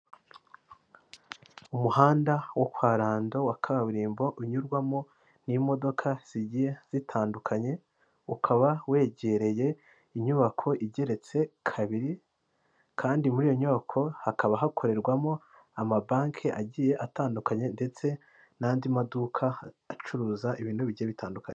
Umuhanda wo kwa Rando wa kaburimbo, unyurwamo n'imodoka zigiye zitandukanye, ukaba wegereye inyubako igeretse kabiri, kandi muri iyo nyubako hakaba hakorerwamo amabanki agiye atandukanye, ndetse n'andi maduka acuruza ibintu bigiye bitandukanye.